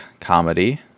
comedy